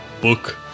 book